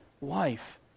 life